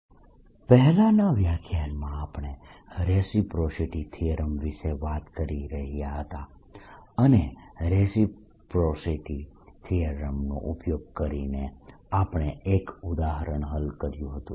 વાહકો માટે reciprocity theorem - II એક ઉદાહરણ પહેલાનાં વ્યાખ્યાનમાં આપણે રેસિપ્રોસિટી થીયરમ વિશે વાત કરી રહ્યા હતા અને રેસિપ્રોસિટી થીયરમનો ઉપયોગ કરીને આપણે એક ઉદાહરણ હલ કર્યું હતું